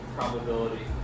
probability